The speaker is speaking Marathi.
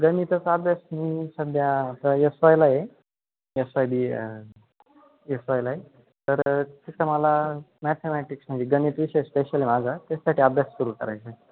गणिताचा अभ्यास मी सध्या आता यस वायला आहे S Y B A S वायला आहे तर तिथं मला मॅथेमॅटिक्स म्हणजे गणित विषय स्पेशल आहे माझा त्याच्यासाठी अभ्यास सुरू करायचा आहे